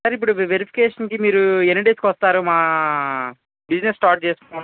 sir ఇప్పుడు వి వెరిఫికేషన్కి మీరు ఎన్ని డేస్కి వస్తారు మా బిజినెస్ స్టార్ట్ చేసుకుంటాము